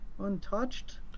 untouched